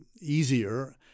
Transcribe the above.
easier